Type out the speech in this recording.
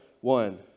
one